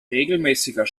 regelmäßiger